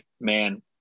man